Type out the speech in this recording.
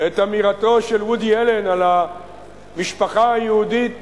את אמירתו של וודי אלן על המשפחה היהודית